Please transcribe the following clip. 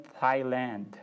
Thailand